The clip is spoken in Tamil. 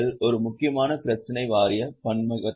ஒரு முக்கியமான பிரச்சினை வாரிய பன்முகத்தன்மை